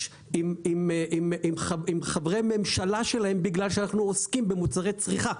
עם חברי ממשלה שלהם בגלל שאנחנו עוסקים במוצרי צריכה.